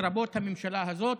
לרבות הממשלה הזאת,